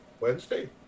Wednesday